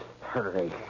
Hurry